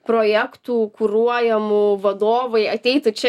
projektų kuruojamų vadovai ateitų čia